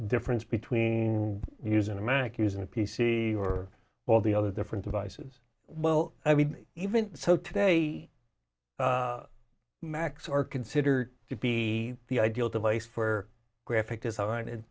difference between using a mac using a p c or all the other different devices well i mean even so today macs are considered to be the ideal device for graphic design